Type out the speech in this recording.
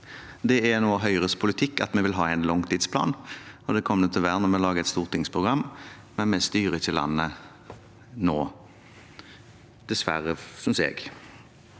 Høyres politikk at vi vil ha en langtidsplan, og det kommer det til å være når vi lager et stortingsprogram, men vi styrer ikke landet nå – dessverre, synes jeg.